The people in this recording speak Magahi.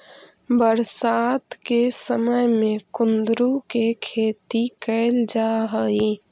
बरसात के समय में कुंदरू के खेती कैल जा हइ